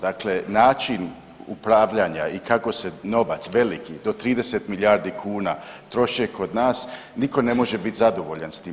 Dakle, način upravljanja i kako se novac veliki do 30 milijardi kuna troše kod nas, niko ne može biti zadovoljan s tim.